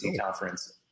conference